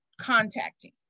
contacting